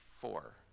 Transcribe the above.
four